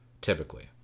typically